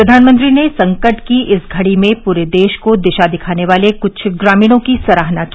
प्रधानमंत्री ने संकट की इस घड़ी में पूरे देश को दिशा दिखाने वाले कुछ ग्रामीणों की सराहना की